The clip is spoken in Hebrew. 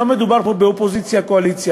לא מדובר פה באופוזיציה קואליציה,